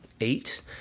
eight